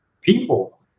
people